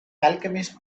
alchemist